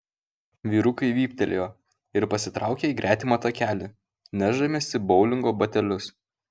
vyrukai vyptelėjo ir pasitraukė į gretimą takelį nešdamiesi boulingo batelius